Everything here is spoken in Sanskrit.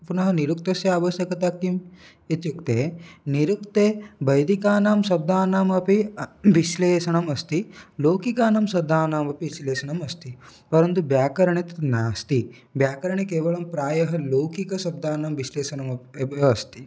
पुनः निरुक्तस्य आवश्यकता का इत्युक्ते निरुक्ते वैदिकानां शब्दानाम् अपि विश्लेषणम् अस्ति लौकिकानां शब्दानाम् अपि विश्लेषणम् अस्ति परन्तु व्याकरणे तद् नास्ति व्याकरणे केवलं प्रायः लौकिकशब्दानां विश्लेषणमपि एव अस्ति